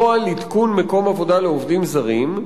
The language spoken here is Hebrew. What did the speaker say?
נוהל עדכון מקום עבודה לעובדים זרים,